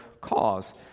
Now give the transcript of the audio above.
cause